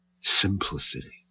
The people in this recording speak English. simplicity